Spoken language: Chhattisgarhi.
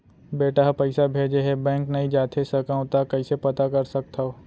बेटा ह पइसा भेजे हे बैंक नई जाथे सकंव त कइसे पता कर सकथव?